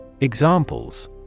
Examples